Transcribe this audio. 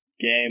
game